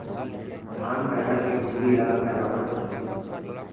धान पैरा के हुंडी ल पैरावट कथें